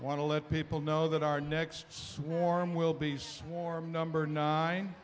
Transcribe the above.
want to let people know that our next swarm will be swarm number nine